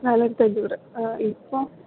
നാലായിരത്തി അഞ്ഞൂറ് ഇപ്പോൾ